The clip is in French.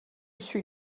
suis